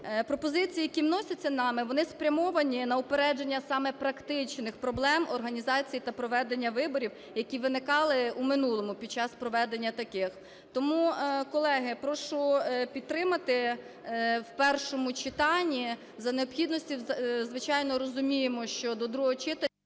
Пропозиції, які вносяться нами, вони спрямовані на упередження саме практичних проблем організації та проведення виборів, які виникали у минулому під час проведення таких. Тому, колеги, прошу підтримати в першому читанні. За необхідності, звичайно, розуміємо, що до другого читання…